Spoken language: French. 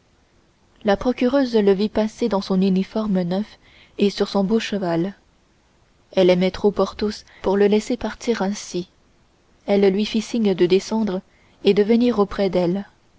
la procureuse le vit passer dans son uniforme neuf et sur son beau cheval elle aimait trop porthos pour le laisser partir ainsi elle lui fit signe de descendre et de venir auprès d'elle